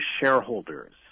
shareholders